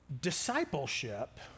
discipleship